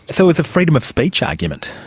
it so was a freedom of speech argument.